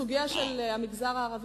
בסוגיה של המגזר הערבי,